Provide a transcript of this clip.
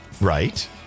Right